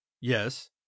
yes